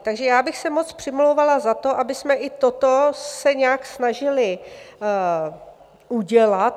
Takže já bych se moc přimlouvala za to, abychom i toto se nějak snažili udělat.